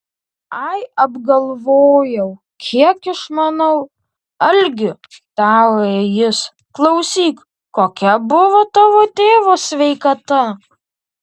ai apgalvojau kiek išmanau algi tarė jis klausyk kokia buvo tavo tėvo sveikata